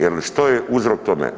Jel što je uzrok tome?